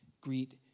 greet